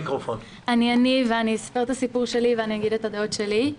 אני אני ואספר את הסיפור שלי ואגיד את הדעות שלי.